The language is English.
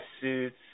suits